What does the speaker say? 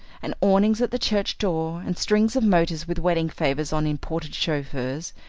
and awnings at the church door, and strings of motors with wedding-favours on imported chauffeurs,